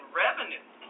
revenue